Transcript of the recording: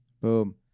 Boom